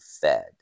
fed